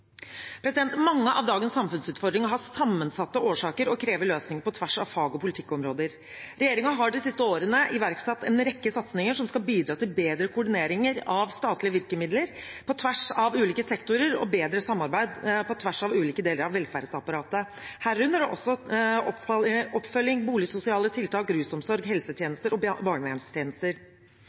gang. Mange av dagens samfunnsutfordringer har sammensatte årsaker og krever løsninger på tvers av fag- og politikkområder. Regjeringen har de siste årene iverksatt en rekke satsinger som skal bidra til bedre koordinering av statlige virkemidler på tvers av ulike sektorer og bedre samarbeid på tvers av ulike deler av velferdsapparatet, herunder også oppfølging, boligsosiale tiltak, rusomsorg, helsetjenester og barnevernstjenester.